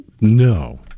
No